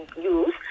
use